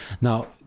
Now